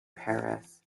paris